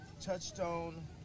Touchstone